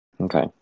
Okay